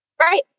Right